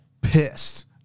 pissed